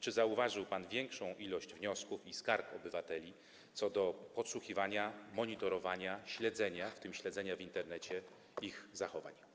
Czy zauważył pan większą ilość wniosków i skarg obywateli co do podsłuchiwania, monitorowania, śledzenia, w tym śledzenia w Internecie, ich zachowań?